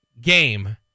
game